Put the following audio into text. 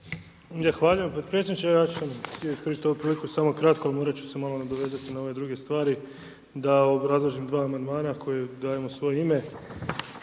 Hvala vam